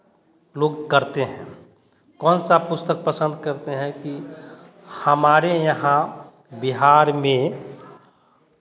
लोग करते हैं कौन सा पुस्तक पसंद करते हैं कि हमारे यहाँ बिहार में